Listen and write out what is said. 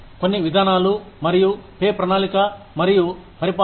కొన్ని విధానాలు మరియు పే ప్రణాళిక మరియు పరిపాలన